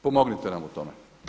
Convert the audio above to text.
Pomognite nam u tome.